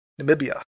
Namibia